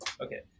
okay